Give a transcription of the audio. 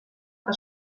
que